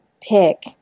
pick